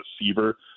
receiver